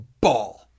ball